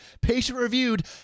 patient-reviewed